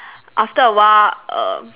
after awhile err